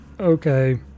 okay